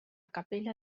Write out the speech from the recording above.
capella